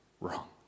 wrong